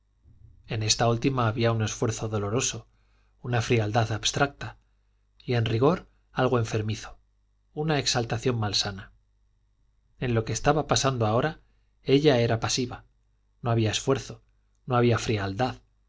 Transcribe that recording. en esta última había un esfuerzo doloroso una frialdad abstracta y en rigor algo enfermizo una exaltación malsana y en lo que estaba pasando ahora ella era pasiva no había esfuerzo no había frialdad